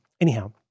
anyhow